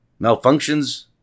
Malfunctions